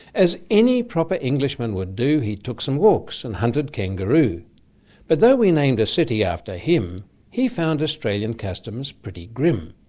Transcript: as any proper englishman would do he took some walks and hunted kangaroo but though we named a city after him he found australian customs pretty grim.